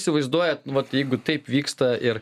įsivaizduojat nu vat jeigu taip vyksta ir